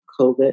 COVID